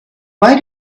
why